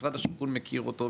משרד השיכון מכיר אותו,